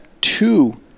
two